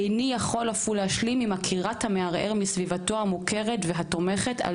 איני יכול אף הוא להשלים עם עקירת המערער מסביבתו המוכרת והתומכת על